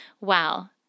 wow